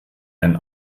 einen